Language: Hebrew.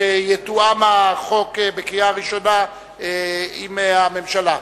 שהחוק יתואם בהכנה לקריאה ראשונה עם הממשלה.